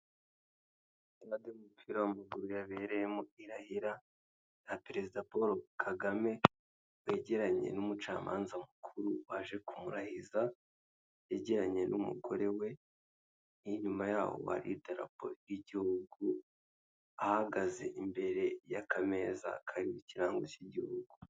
Mbuguru yabereye mu irahira rya perezida Paul Kagame wegiranye n'umucamanza mukuru waje ku kumurahiza yagiranye n'umugore we inyuma'ho arid rapo y'igihugu ahagaze imbere y'akameza kariho ikirango cy'igihugu.